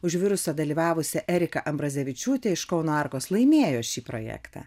už virusą dalyvavusia erika ambrazevičiūte iš kauno arkos laimėjo šį projektą